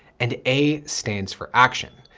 and a stands for action.